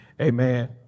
Amen